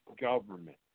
government